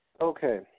Okay